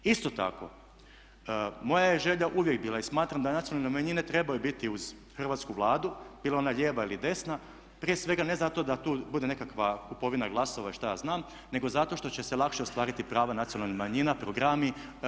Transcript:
Isto tako moja je želja uvijek bila i smatram da nacionalne manjine trebaju biti uz Hrvatsku vladu bila ona lijeva ili desna, prije svega ne zato da tu bude nekakva kupovina glasova i što ja znam nego zato što će se lakše ostvariti prava nacionalnih manjina, programi.